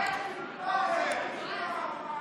(קוראת בשמות חברות הכנסת)